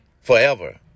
forever